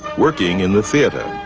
working in the theatre.